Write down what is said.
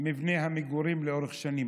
מבנה המגורים לאורך שנים.